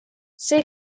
see